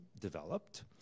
developed